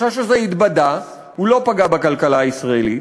החשש הזה התבדה, הוא לא פגע בכלכלה הישראלית.